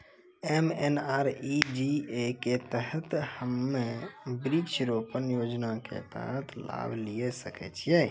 MNREGA के तहत हम्मय वृक्ष रोपण योजना के तहत लाभ लिये सकय छियै?